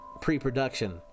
pre-production